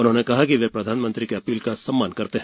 उन्होंने कहा कि वे प्रधानमंत्री की अपील का सम्मान करते हैं